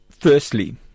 Firstly